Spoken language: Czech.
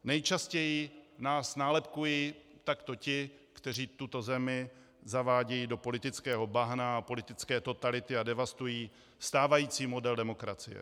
Nejčastěji nás nálepkují takto ti, kteří tuto zemi zavádějí do politického bahna, politické totality a devastují stávající model demokracie.